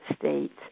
States